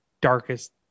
darkest